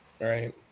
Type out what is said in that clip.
Right